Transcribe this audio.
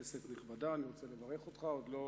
תודה רבה, כנסת נכבדה, אני רוצה לברך אותך, עוד לא